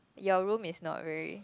your room is not very